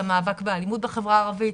למאבק באלימות בחברה הערבית,